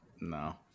No